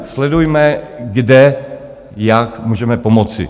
Sledujme, kde, jak můžeme pomoci.